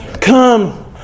Come